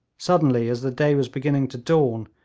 suddenly, as the day was beginning to dawn,